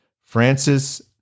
francis